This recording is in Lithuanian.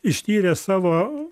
ištyrė savo